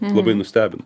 labai nustebino